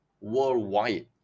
worldwide